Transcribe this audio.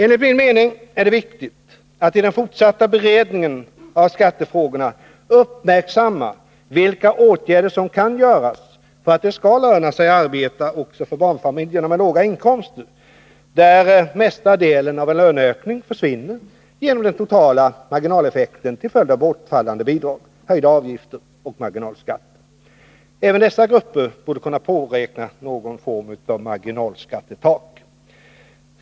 Enligt min mening är det viktigt att i den fortsatta beredningen av skattefrågorna uppmärksamma vilka åtgärder som kan vidtas för att det skall löna sig att arbeta också för barnfamiljer med låga inkomster där mesta delen av en löneökning försvinner genom den totala marginaleffekten till följd av bortfallande bidrag, höjda avgifter och marginalskatter. Även dessa grupper borde kunna påräkna någon form av marginalskattetak.